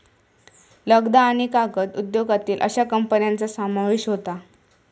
लगदा आणि कागद उद्योगातील अश्या कंपन्यांचा समावेश होता